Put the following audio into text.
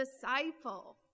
disciple